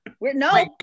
No